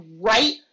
right